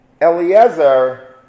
Eliezer